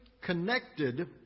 connected